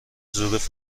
ظروف